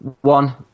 one